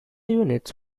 units